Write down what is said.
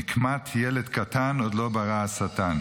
נקמת ילד קטן עוד לא ברא השטן.